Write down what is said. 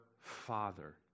father